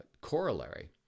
corollary